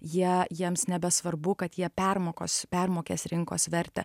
jie jiems nebesvarbu kad jie permokos permokės rinkos vertę